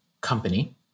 company